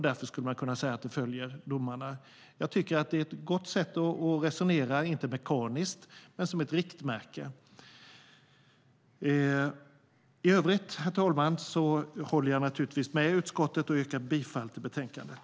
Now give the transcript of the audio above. Därför skulle man kunna säga att lönen följer domarnas. Jag tycker att det är ett gott sätt att resonera, inte mekaniskt men som ett riktmärke. I övrigt, herr talman, håller jag naturligtvis med utskottet och yrkar bifall till förslaget.